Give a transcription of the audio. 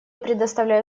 предоставляю